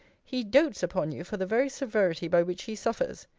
he dotes upon you for the very severity by which he suffers.